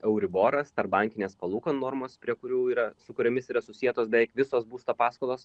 euriboras tarpbankinės palūkanų normos prie kurių yra su kuriomis yra susietos beveik visos būsto paskolos